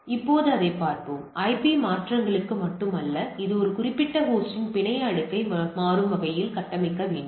இப்போது அதைப் பார்ப்போம் ஐபி மாற்றங்களுக்கு மட்டும் அல்ல இது ஒரு குறிப்பிட்ட ஹோஸ்டின் பிணைய அடுக்கை மாறும் வகையில் கட்டமைக்க வேண்டும்